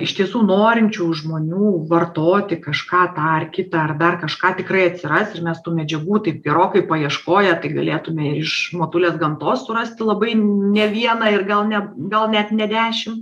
iš tiesų norinčių žmonių vartoti kažką dar kitą ar dar kažką tikrai atsiras ir mes tų medžiagų taip gerokai paieškoję tai galėtume ir iš motulės gamtos surasti labai ne vieną ir gal ne gal net ne dešim